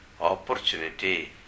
opportunity